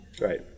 Right